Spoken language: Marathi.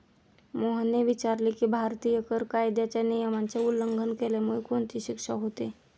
मोहनने विचारले की, भारतीय कर कायद्याच्या नियमाचे उल्लंघन केल्यामुळे कोणती शिक्षा होते?